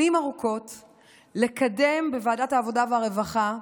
לקדם בוועדת העבודה והרווחה,